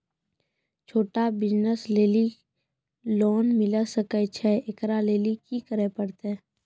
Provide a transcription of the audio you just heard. छोटा बिज़नस लेली लोन मिले सकय छै? एकरा लेली की करै परतै